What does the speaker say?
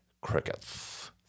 crickets